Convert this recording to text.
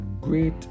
great